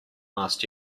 last